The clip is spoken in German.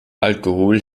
alkohol